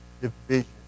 division